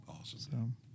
awesome